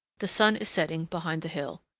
the sun is setting behind the hill.